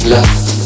Love